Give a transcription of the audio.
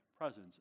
presence